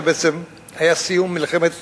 שהיתה סיום מלחמת